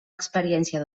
experiència